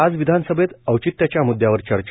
आज विधानसभेत औचित्याच्या मुदयावर चर्चा